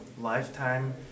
lifetime